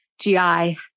GI